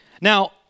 Now